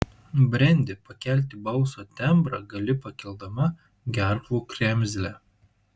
brendi pakelti balso tembrą gali pakeldama gerklų kremzlę